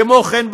כמו כן,